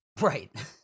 right